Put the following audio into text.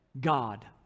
God